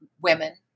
women